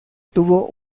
tuvo